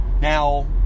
Now